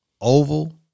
oval